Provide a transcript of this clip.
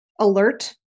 alert